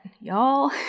y'all